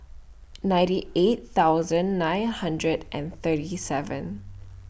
ninety eight thousand nine hundred and thirty seven